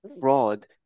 fraud